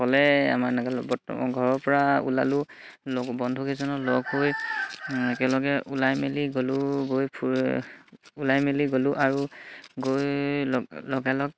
ক'লে আমাৰ এনেকে বৰ্তমান ঘৰৰ পৰা ওলালোঁ লগ বন্ধুকেইজন লগ হৈ একেলগে ওলাই মেলি গ'লোঁ গৈ ফু ওলাই মেলি গলোঁ আৰু গৈ লগালগ